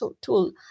tool